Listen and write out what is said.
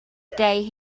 stay